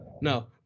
No